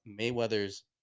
Mayweather's